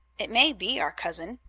it may be our cousin.